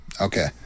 okay